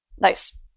Nice